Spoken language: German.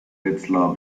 wetzlar